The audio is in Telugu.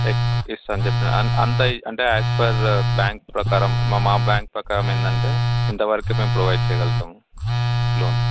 అంత అంటే యాస్ పర్ బ్యాంక్ ప్రకారం మా బ్యాంక్ ప్రకారం ఏంటంటే ఇంతవరికు మేము ప్రొవైడ్ చేయగలుతాం లోన్